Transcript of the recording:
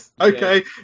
Okay